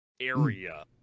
area